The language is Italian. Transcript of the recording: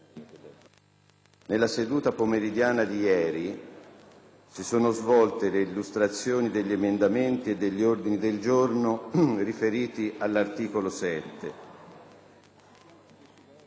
della seduta pomeridiana di ieri è iniziato l'esame degli emendamenti e degli ordini del giorno riferiti all'articolo 7